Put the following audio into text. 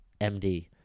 MD